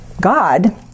God